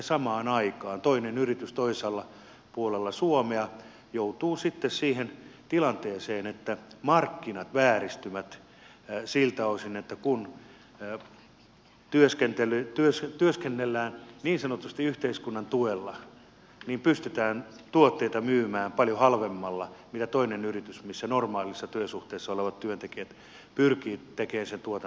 samaan aikaan toinen yritys toisella puolella suomea joutuu sitten siihen tilanteeseen että markkinat vääristyvät siltä osin että kun työskennellään niin sanotusti yhteiskunnan tuella niin pystytään tuotteita myymään paljon halvemmalla kuin toisessa yrityksessä missä normaalissa työsuhteessa olevat työntekijät pyrkivät tekemään sen tuotannollisen työn